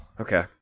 Okay